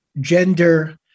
gender